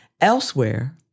Elsewhere